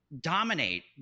dominate